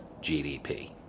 GDP